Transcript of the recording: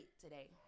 today